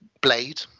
Blade